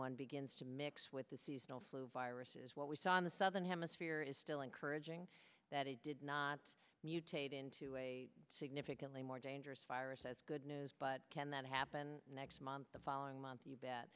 one begins to mix with the seasonal flu viruses what we saw in the southern hemisphere is still encouraging that it did not mutate into a significantly more dangerous virus that's good news but can that happen next month the following month you bet